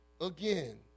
again